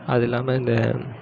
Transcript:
அது இல்லாமல் இந்த